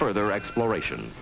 further exploration